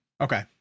Okay